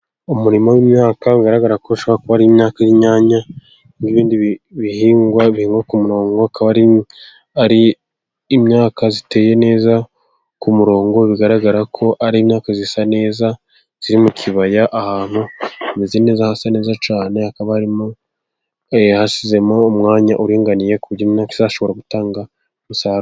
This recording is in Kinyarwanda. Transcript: Umurima w'imyaka bigaragara ko ishobora kuba ari imyaka y'inyanya, n'ibindi bihingwa bihingwa ku murongo, hakaba ari imyaka iteye neza ku murongo bigaragara ko ari imyaka isa neza iri mu kibaya, ahantu hameze neza hasa neza cyane, hakaba harimo hashize umwanya uringaniye ku buryo iyo myaka izashobora gutanga umusaruro.